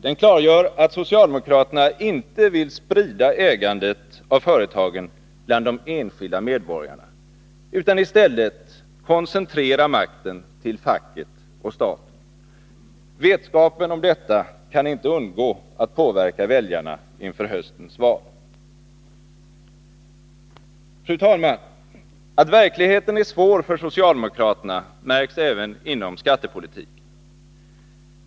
Den klargör att socialdemokraterna inte vill sprida ägandet av företagen bland de enskilda medborgarna utan i stället koncentrera makten till facket och staten. Vetskapen om detta kan inte undgå att påverka väljarna inför höstens val. Fru talman! Att verkligheten är svår för socialdemokraterna märks även inom skattepolitiken.